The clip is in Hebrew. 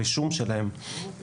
רישום שלהם.